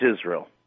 Israel